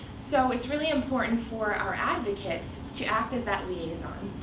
so it's really important for our advocates to act as that liaison,